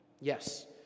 Yes